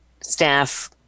staff